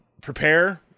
prepare